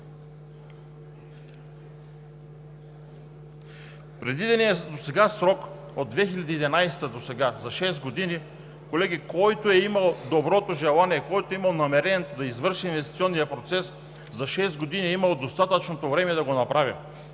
Предвиденият срок – от 2011 г. досега, за шест години, колеги, който е имал доброто желание, който е имал намерението да извърши инвестиционния процес, е имал достатъчното време да го направи.